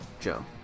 Joe